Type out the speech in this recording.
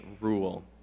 rule